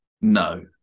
No